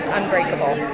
unbreakable